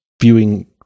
viewing